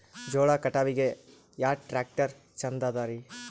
ಜೋಳ ಕಟಾವಿಗಿ ಯಾ ಟ್ಯ್ರಾಕ್ಟರ ಛಂದದರಿ?